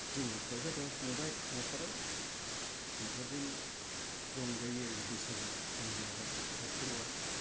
जुमाइ थायफा थायफा संबाय न'खराव बेफोरजों रंजायो आरोखि बैसागु दिनबाथाय बोथोरबा